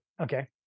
okay